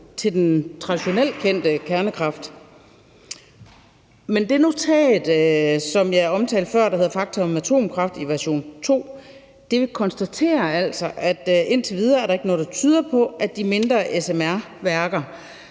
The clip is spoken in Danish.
til den traditionelt kendte kernekraft. Men det notat, som jeg omtalte før, der hedder »Fakta om Atomkraft i Danmark – Version 2«, konstaterer altså, at der indtil videre ikke er noget, der tyder på, at de mindre MSR-værker